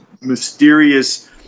Mysterious